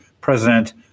president